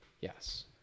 Yes